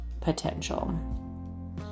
potential